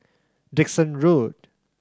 Dickson Road